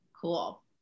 cool